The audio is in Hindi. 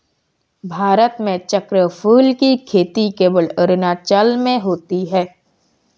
भारत में चक्रफूल की खेती केवल अरुणाचल में होती है